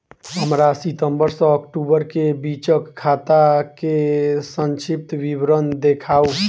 हमरा सितम्बर सँ अक्टूबर केँ बीचक खाता केँ संक्षिप्त विवरण देखाऊ?